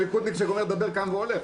כל ליכודניק שגומר לדבר קם והולך,